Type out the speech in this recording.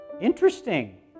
Interesting